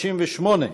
368,